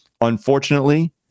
Unfortunately